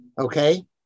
Okay